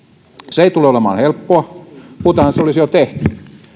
se ei tule olemaan helppoa muutenhan se olisi jo tehty